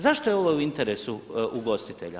Zašto je ovo u interesu ugostitelja?